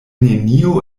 neniu